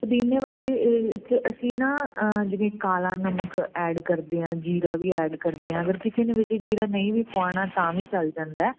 ਪੁਦੀਨੇ ਵਾਲੀ 'ਚ ਅਸੀਂ ਨਾ ਜਿਵੇਂ ਕਾਲਾ ਨਮਕ ਐਡ ਕਰਦੇ ਹਾਂ ਜੀਰਾ ਵੀ ਐਡ ਕਰਦੇ ਹਾਂ ਅਗਰ ਕਿਸੇ ਨੇ ਵਿੱਚ ਜੀਰਾ ਨਹੀਂ ਵੀ ਪੁਆਉਣਾ ਤਾਂ ਵੀ ਚੱਲ ਜਾਂਦਾ ਹੈ